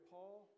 Paul